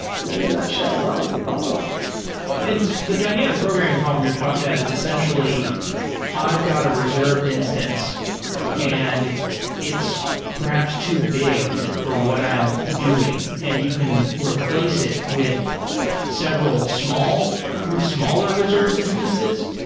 in in a nutshell, dealt with the problem and the dynamic programming problem you're talking about is essentially i've got a reserved instance and its perhaps too big for what i am doing, and you can replace it with several smaller reserved instances?